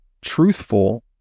truthful